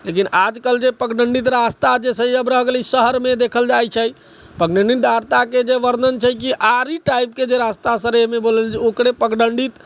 लेकिन आजकल जे पगडण्डित रास्ता जे छै से रहि गेलै आब शहरमे देखल जाइ छै पगडण्डीमे यात्राके जे वर्णन छै कि आड़ी टाइपके जे रस्ता सरेहमे बोलल ओकरे पगडण्डित